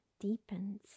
deepens